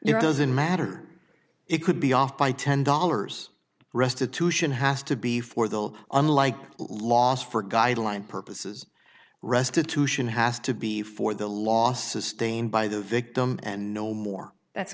it doesn't matter it could be off by ten dollars restitution has to be for the unlike last for guideline purposes restitution has to be for the last sustained by the victim and no more that's